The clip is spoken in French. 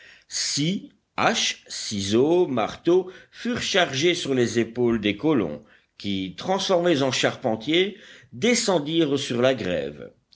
ciseaux marteaux furent chargés sur les épaules des colons qui transformés en charpentiers descendirent sur la grève